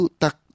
tak